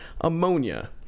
Ammonia